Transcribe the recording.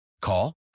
Call